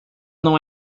não